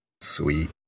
Sweet